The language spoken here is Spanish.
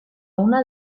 una